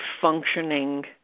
functioning